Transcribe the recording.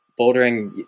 bouldering